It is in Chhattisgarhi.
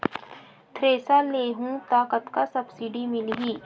थ्रेसर लेहूं त कतका सब्सिडी मिलही?